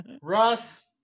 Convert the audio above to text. Russ